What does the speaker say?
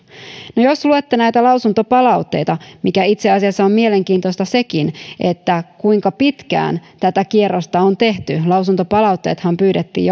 no jos luette näitä lausuntopalautteita itse asiassa on mielenkiintoista sekin kuinka pitkään tätä kierrosta on tehty lausuntopalautteethan pyydettiin